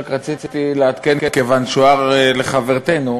רק רציתי לעדכן, כיוון שהוער לחברתנו,